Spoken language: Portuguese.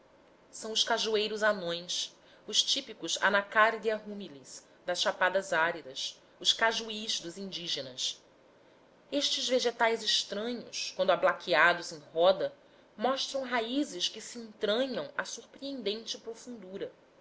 são os cajueiros anões os típicos anacardium humile das chapadas áridas os cajuís dos indígenas estes vegetais estranhos quando ablaqueados em roda mostram raízes que se entranham a surpreendente profundura